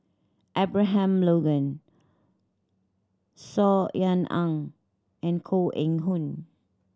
Abraham Logan Saw Ean Ang and Koh Eng Hoon